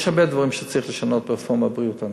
יש הרבה דברים שצריך לשנות ברפורמת בריאות הנפש.